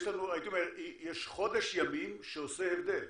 הייתי אומר, יש חודש ימים שעושה הבדל.